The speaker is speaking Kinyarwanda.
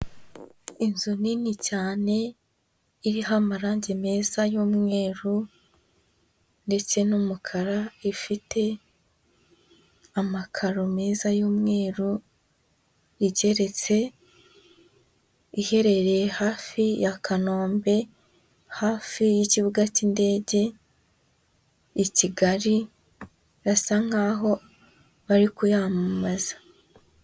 Inzu nini cyane iriho amarangi meza y'umweru ndetse n'umukara, ifite amakaro meza y'umweru igeretse iherereye hafi ya Kanombe hafi y'ikibuga cy'indege i Kigali, birasa nkaho bari kuyamamaza.